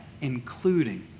including